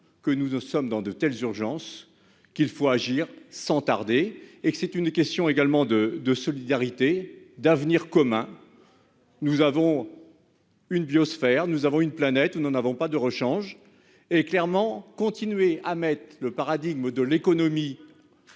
que nous ne sommes dans de telles urgence qu'il faut agir sans tarder et que c'est une question également de de solidarité d'avenir commun. Nous avons. Une biosphère. Nous avons une planète nous n'en avons pas de rechange et clairement continuer à mettre le paradigme de l'économie.